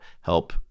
help